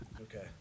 Okay